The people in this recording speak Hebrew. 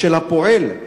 של הפועל,